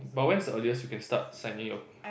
but when is the earliest you can start signing your